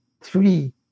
three